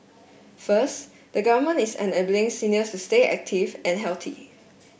first the Government is enabling seniors to stay active and healthy